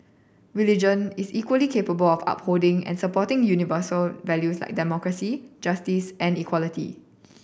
religion is equally capable of upholding and supporting universal values as democracy justice and equality